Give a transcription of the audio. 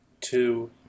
Two